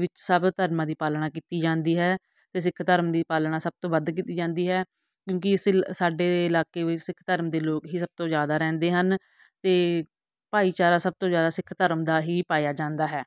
ਵਿੱਚ ਸਭ ਧਰਮਾਂ ਦੀ ਪਾਲਣਾ ਕੀਤੀ ਜਾਂਦੀ ਹੈ ਅਤੇ ਸਿੱਖ ਧਰਮ ਦੀ ਪਾਲਣਾ ਸਭ ਤੋਂ ਵੱਧ ਕੀਤੀ ਜਾਂਦੀ ਹੈ ਕਿਉਂਕਿ ਇਸ ਲ ਸਾਡੇ ਇਲਾਕੇ ਵਿੱਚ ਸਿੱਖ ਧਰਮ ਦੇ ਲੋਕ ਹੀ ਸਭ ਤੋਂ ਜ਼ਿਆਦਾ ਰਹਿੰਦੇ ਹਨ ਅਤੇ ਭਾਈਚਾਰਾ ਸਭ ਤੋਂ ਜ਼ਿਆਦਾ ਸਿੱਖ ਧਰਮ ਦਾ ਹੀ ਪਾਇਆ ਜਾਂਦਾ ਹੈ